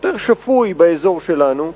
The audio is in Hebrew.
יותר שפוי באזור שלנו,